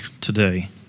today